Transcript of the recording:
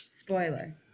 Spoiler